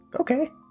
Okay